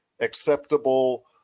acceptable